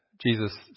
Jesus